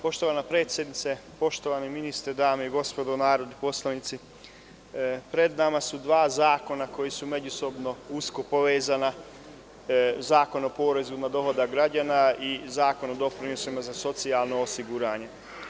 Poštovana predsednice, poštovani ministre, dame i gospodo narodni poslanici, pred nama su dva zakona koja su međusobno usko povezana, Zakon o porezima na dohodak građana i Zakon o doprinosima za socijalno osiguranje.